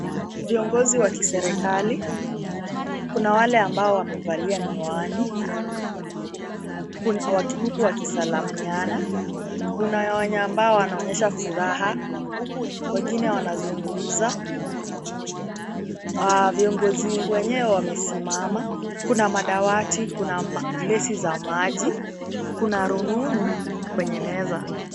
Viongozi wa kiserikali kuna wale ambao wamevalia mihiwani kuna wawili wakisalimiana kuna wenye ambao wanaonyesha furaha wengine wanazungumza viongozi wenyewe wamesimama kuna madawadi kuna glasi za maji kuna rununu kwenye meza.